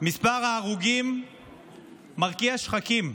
מספר ההרוגים מרקיע שחקים.